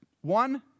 one